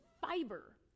fiber